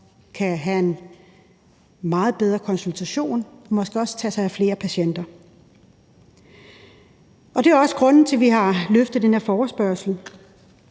kan være en meget bedre konsultation, og vedkommende kan måske også tage sig af flere patienter. Det er også grunden til, at vi har rejst den her forespørgsel.